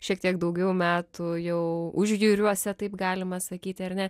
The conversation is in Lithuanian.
šiek tiek daugiau metų jau užjūriuose taip galima sakyti ar ne